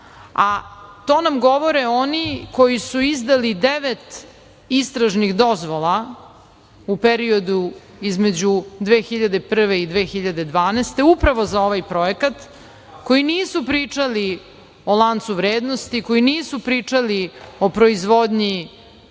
a to nam govore oni koji su izdali devet istražnih dozvola u periodu između 2001. godine i 2012. godine, upravo za ovaj projekat, koji nisu pričali o lancu vrednosti, koji nisu pričali o proizvodnji